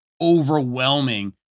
overwhelming